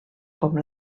com